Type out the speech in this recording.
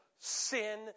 sin